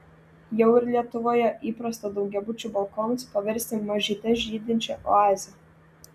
jau ir lietuvoje įprasta daugiabučių balkonus paversti mažyte žydinčia oaze